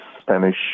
Spanish